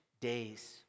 days